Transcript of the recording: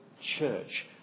church